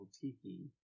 tiki